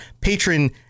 patron